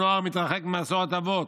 הנוער מתרחק ממסורת אבות.